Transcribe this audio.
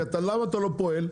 למה אתה לא פועל?